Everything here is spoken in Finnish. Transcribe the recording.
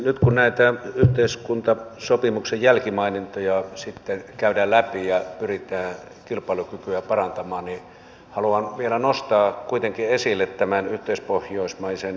nyt kun näitä yhteiskuntasopimuksen jälkimaininkeja sitten käydään läpi ja pyritään kilpailukykyä parantamaan haluan vielä nostaa kuitenkin esille tämän yhteispohjoismaisen energiayhteistyön